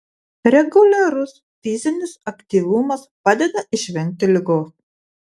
reguliarus fizinis aktyvumas padeda išvengti ligos